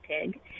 pig